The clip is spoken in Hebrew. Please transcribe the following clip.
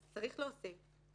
צריך להוסיף.